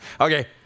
Okay